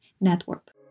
Network